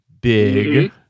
big